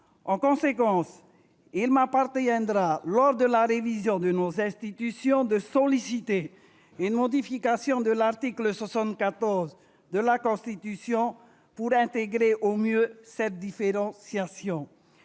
En conséquence, il m'appartiendra, lors de la révision de nos institutions, de solliciter une modification de l'article 74 de la Constitution pour y intégrer au mieux la « reconnaissance